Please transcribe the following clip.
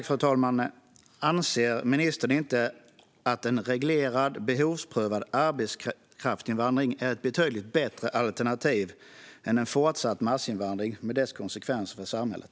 Fru talman! Anser inte ministern att en reglerad och behovsprövad arbetskraftsinvandring är ett betydligt bättre alternativ än en fortsatt massinvandring med dess konsekvenser för samhället?